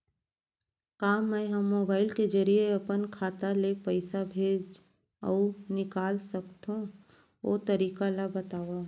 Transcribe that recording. का मै ह मोबाइल के जरिए अपन खाता ले पइसा भेज अऊ निकाल सकथों, ओ तरीका ला बतावव?